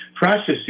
processes